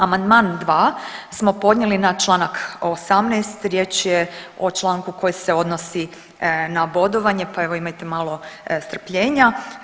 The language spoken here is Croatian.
Amandman 2. smo podnijeli na Članak 18., riječ je o članku koji se odnosi na bodovanje, pa evo imajte malo strpljenja.